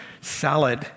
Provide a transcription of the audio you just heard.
Salad